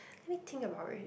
let me think about it